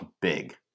big